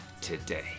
today